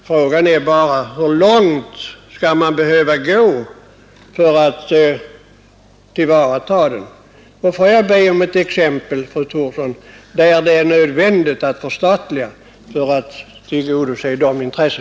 Frågan är bara hur långt man skall behöva gå för att tillvarata detta intresse. Jag vill alltså be om ett exempel, fru Thorsson, på att det är nödvändigt med ett förstatligande för att tillgodose detta intresse.